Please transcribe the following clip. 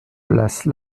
place